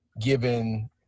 given